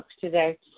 today